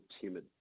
timid